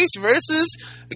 versus